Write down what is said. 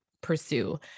pursue